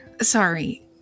Sorry